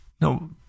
No